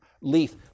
leaf